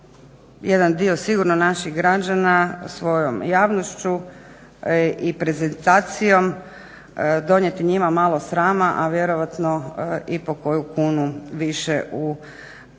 jedan dio sigurno naših građana svojom javnošću i svojom prezentacijom donijeti njima malo srama a vjerojatno i po koju kunu više u naš